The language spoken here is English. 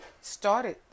started